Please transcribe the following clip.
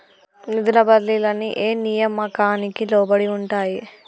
నిధుల బదిలీలు అన్ని ఏ నియామకానికి లోబడి ఉంటాయి?